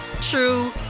true